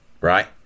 right